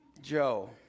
Joe